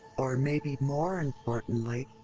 or maybe more importantly,